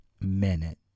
minute